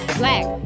black